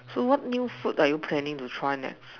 so what new food are you planning to try next